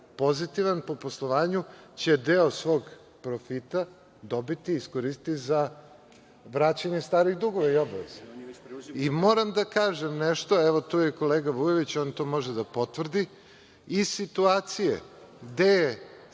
pozitivan po poslovanju će deo svog profita dobiti, iskoristiti za vraćanje starih dugova i obaveza. Moram da kažem nešto, evo tu je i kolega Vujović, on to može da potvrdi, iz situacije gde je